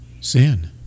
Sin